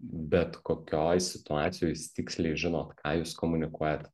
bet kokioj situacijoj jūs tiksliai žinot ką jūs komunikuojat